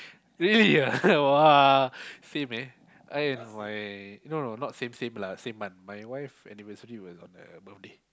really ah !wah! same eh I and my no no not same same same lah my my wife anniversary was on her birthday